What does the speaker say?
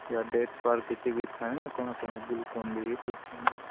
କିଛି ବି ଥାଏ ନା କ'ଣ କ'ଣ ଗୁଲକୋଣ୍ଡି ଫୁଲକୋଣ୍ଡି